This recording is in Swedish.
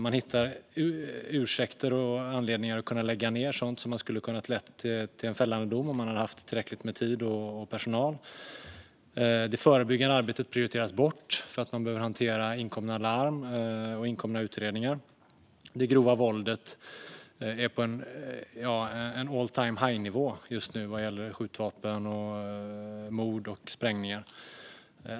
Man hittar ursäkter och anledningar att lägga ned sådant som skulle ha kunnat leda till fällande dom om man hade haft tillräckligt med tid och personal. Det förebyggande arbetet prioriteras bort för att man behöver hantera inkomna larm och inkomna utredningar. Det grova våldet är just nu på en all time high-nivå vad gäller skjutvapen, mord och sprängningar.